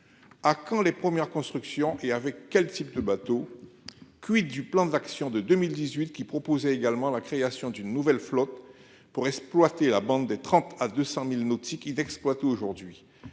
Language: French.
À quand les premières constructions et avec quel type de bateau. Quid du plan d'action de 2018 qui proposait également la création d'une nouvelle flotte pour exploiter la bande des 30 à 200.000 nautiques inexploité aujourd'hui